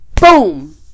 boom